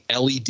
LED